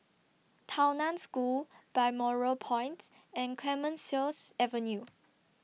Tao NAN School Balmoral Points and Clemenceau Avenue